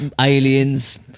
aliens